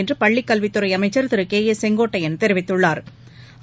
என்று பள்ளிக் கல்வித் துறை அமைச்சர் திரு கேஏ செங்கோட்டையன் தெரிவித்துள்ளாா்